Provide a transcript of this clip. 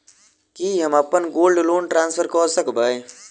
की हम अप्पन gold loan transfer करऽ सकबै?